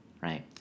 right